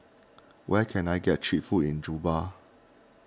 where can I get Cheap Food in Juba